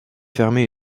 fermée